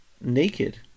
naked